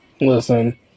Listen